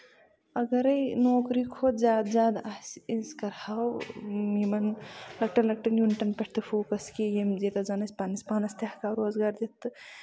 اَگرٕے نوکری کھۄتہٕ زیادٕ زیادٕ آسہِ أسۍ کرہو یِمَن لوکٔٹٮ۪ن لۄکٔٹٮ۪ن یوٗنِٹٮ۪ن پٮ۪ٹھ تہِ فوکَس کہِ یِم یوٗتاہ زَن أسۍ پَنٕنِس پانَس تہِ ہٮ۪کَو روزگار دِتھ تہٕ